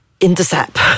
intercept